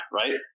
right